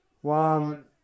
One